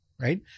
right